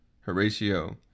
Horatio